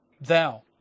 Thou